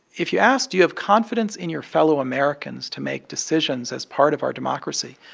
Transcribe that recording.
if you ask do you have confidence in your fellow americans to make decisions as part of our democracy,